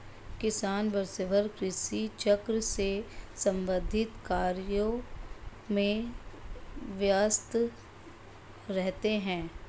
किसान वर्षभर कृषि चक्र से संबंधित कार्यों में व्यस्त रहते हैं